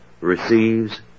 receives